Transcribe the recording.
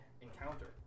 encounter